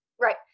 Right